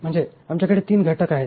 म्हणजे आमच्याकडे तीन घटक आहेत